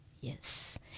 Yes